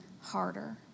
harder